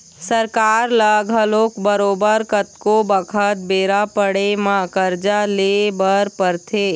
सरकार ल घलोक बरोबर कतको बखत बेरा पड़े म करजा ले बर परथे